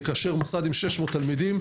כאשר המוסד עם 600 תלמידים,